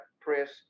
press